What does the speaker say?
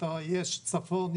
יש צפון,